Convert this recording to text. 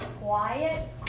quiet